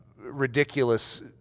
ridiculous